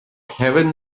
heaven